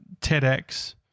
tedx